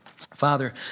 Father